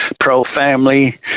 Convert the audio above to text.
pro-family